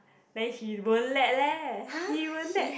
then he won't let leh he won't let